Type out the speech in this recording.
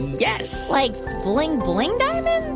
yes like bling-bling diamonds?